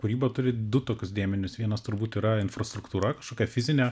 kūryba turi du tokius dėmenis vienas turbūt yra infrastruktūra kažkokia fizinė